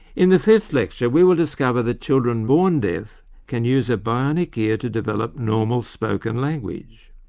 in the fifth lecture we will discover that children born deaf can use a bionic ear to develop normal spoken language.